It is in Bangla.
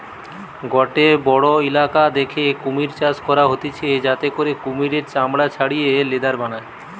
গটে বড়ো ইলাকা দ্যাখে কুমির চাষ করা হতিছে যাতে করে কুমিরের চামড়া ছাড়িয়ে লেদার বানায়